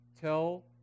tell